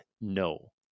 No